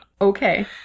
Okay